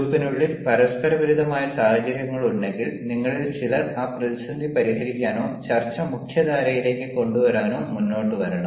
ഗ്രൂപ്പിനുള്ളിൽ പരസ്പരവിരുദ്ധമായ സാഹചര്യങ്ങളുണ്ടെങ്കിൽ നിങ്ങളിൽ ചിലർ ആ പ്രതിസന്ധി പരിഹരിക്കാനോ ചർച്ചയെ മുഖ്യധാരയിലേക്ക് കൊണ്ടുവരാനോ മുന്നോട്ട് വരണം